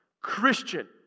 Christian